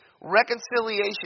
reconciliation